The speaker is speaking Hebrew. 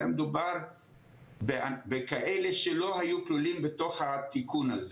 היה מדובר בכאלה שלא היו כלולים בתוך התיקון הזה.